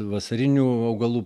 vasarinių augalų